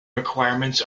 requirements